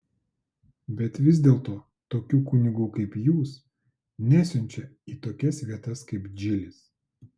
bet vis dėlto tokių kunigų kaip jūs nesiunčia į tokias vietas kaip džilis